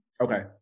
Okay